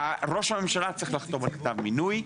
ראש הממשלה צריך לחתום על כתב מינוי.